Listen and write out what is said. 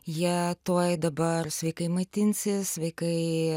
jie tuoj dabar sveikai maitinsis sveikai